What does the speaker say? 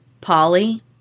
Polly